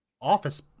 office